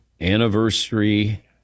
Anniversary